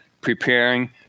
preparing